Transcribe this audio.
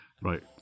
Right